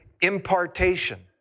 impartation